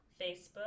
Facebook